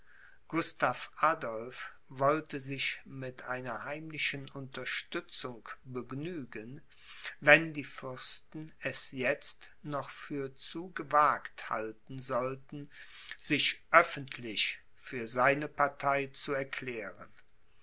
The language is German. gustav adolph wollte sich mit einer heimlichen unterstützung begnügen wenn die fürsten es jetzt noch für zu gewagt halten sollten sich öffentlich für seine partei zu erklären